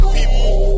People